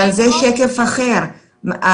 אבל זה שקף אחר.